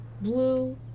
blue